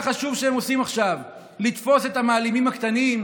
חשוב שהם עושים עכשיו לתפוס את המעלימים הקטנים,